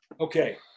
Okay